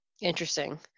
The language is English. interesting